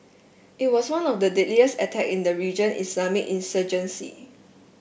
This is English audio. it was one of the deadliest attack in the region Islamist insurgency